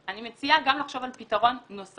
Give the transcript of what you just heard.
אני מציעה גם לחשוב על פתרון נוסף.